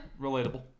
relatable